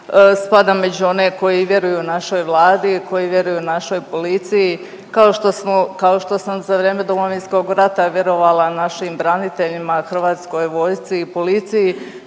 spadam među one koji vjeruju našoj Vladi, koji vjeruju našoj policiji kao što sam za vrijeme Domovinskog rata vjerovala našim braniteljima, Hrvatskoj vojsci i policiji,